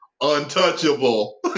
untouchable